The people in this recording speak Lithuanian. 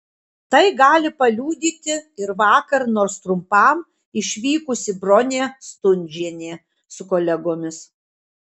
tai gali paliudyti ir vakar nors trumpam išvykusi bronė stundžienė su kolegomis